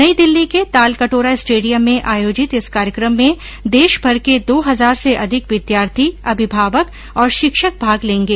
नई दिल्ली के Talkatora stadium में आयोजित इस कार्यक्रम में देशभर के दो हजार से अधिक विद्यार्थी अभिभावक और शिक्षक भाग लेंगे